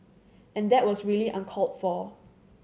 and that was really uncalled for